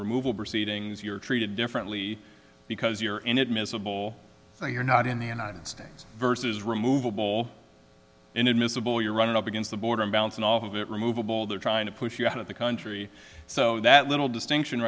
removal proceedings you're treated differently because you're in it miserable so you're not in the united states versus removable inadmissible you're running up against the border and bouncing off of it removable they're trying to push you out of the country so that little distinction